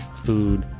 food,